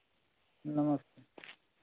नमस्ते